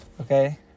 Okay